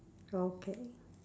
okay